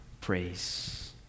praise